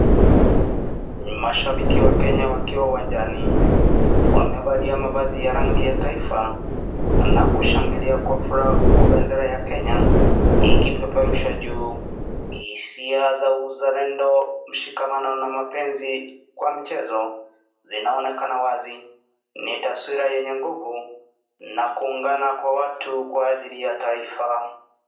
Mashabiki wa Kenya wakiwa uwanjani. Wamevalia mavazi ya rangi ya taifa na kushangilia kwa furaha huku bendera ya Kenya ikipeperushwa juu. Hisia za uzalendo, mshikamano na mapenzi kwa michezo inaonekana wazi, ni taswira yenye nguvu na kuungana kwa watu kwa ajili ya taifa.